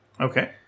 Okay